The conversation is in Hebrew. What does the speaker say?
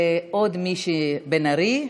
לעוד מישהי שהיא בן ארי,